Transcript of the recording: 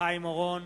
חיים אורון,